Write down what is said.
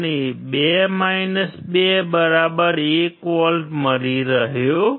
આપણને 2 2 1V મળી રહ્યા છે